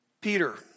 Peter